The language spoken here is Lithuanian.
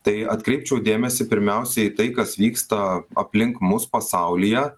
tai atkreipčiau dėmesį pirmiausia į tai kas vyksta aplink mus pasaulyje